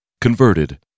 Converted